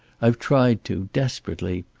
i've tried to, desperately.